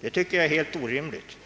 Detta är orimligt.